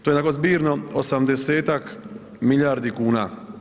To je tako zbirno 80-tak milijardi kuna.